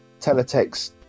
Teletext